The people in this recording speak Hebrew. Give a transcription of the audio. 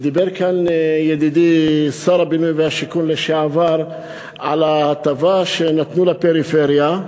ודיבר כאן ידידי שר הבינוי והשיכון לשעבר על ההטבה שנתנו לפריפריה,